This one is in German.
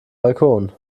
balkon